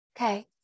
Okay